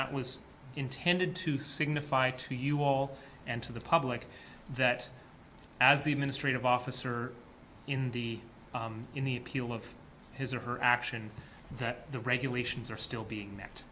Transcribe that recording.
that was intended to signify to you all and to the public that as the administrative officer in the in the appeal of his or her action that the regulations are still being